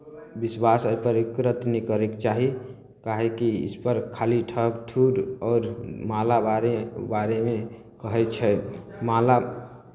विश्वास एहिपर एक्को रत्ती नहि करयके चाही काहेकि इसपर खाली ठक ठुर आओर माला वारे बारेमे कहै छै माला